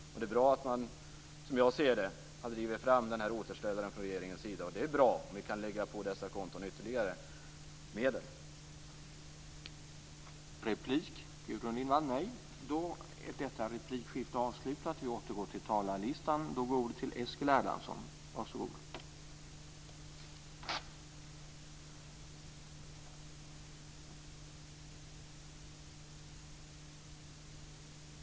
Det är bra att man, som jag ser det, har drivit fram den här återställaren från regeringens sida. Och det är bra om vi kan lägga på dessa konton ytterligare medel.